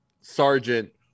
sergeant